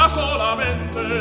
solamente